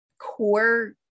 core